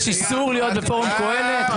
יש איסור להיות בפורום קהלת?